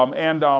um and um